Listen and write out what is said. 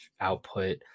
output